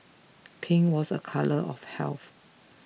pink was a colour of health